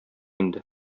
инде